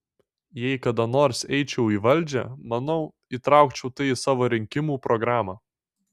jei kada nors eičiau į valdžią manau įtraukčiau tai į savo rinkimų programą